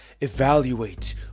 evaluate